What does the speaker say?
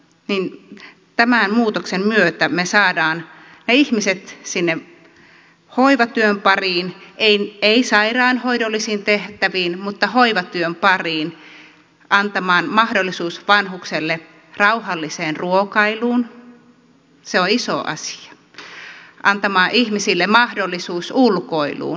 ei tämän muutoksen että me saadaan ne koulutusta sinne hoivatyön pariin ei sairaanhoidollisiin tehtäviin mutta hoivatyön pariin antamaan mahdollisuuden vanhukselle rauhalliseen ruokailuun se on iso asia tai antamaan ihmisille mahdollisuuden ulkoiluun